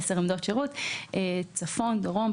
צפון, דרום.